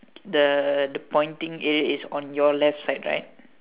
the the pointing area is on your left side right